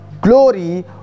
glory